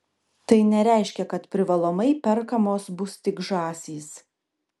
tai nereiškia kad privalomai perkamos bus tik žąsys